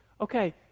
Okay